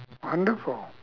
wonderful